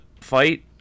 fight